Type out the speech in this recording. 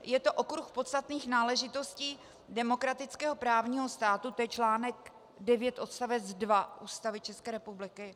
Je to okruh podstatných náležitostí demokratického právního státu, to je článek 9 odst. 2 Ústavy České republiky.